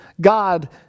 God